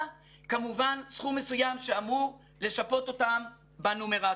כמובן סכום מסוים שאמור לשפות אותם בנומרטור.